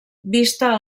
vista